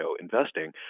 investing